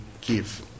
give